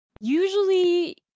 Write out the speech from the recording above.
usually